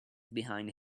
behind